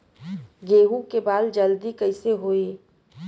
गेहूँ के बाल जल्दी कईसे होई?